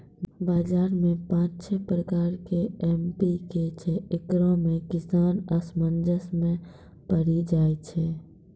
बाजार मे पाँच छह प्रकार के एम.पी.के छैय, इकरो मे किसान असमंजस मे पड़ी जाय छैय?